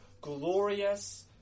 glorious